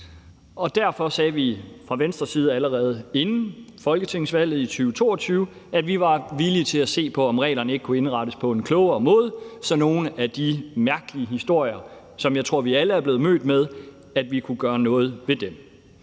Derfor sagde vi fra Venstres side allerede inden folketingsvalget i 2022, at vi var villige til at se på, om reglerne ikke kunne indrettes på en klogere måde, så vi kunne gøre noget ved nogle af de mærkelige historier, som jeg tror vi alle er blevet mødt med. Med forslaget her laves der